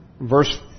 verse